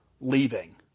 leaving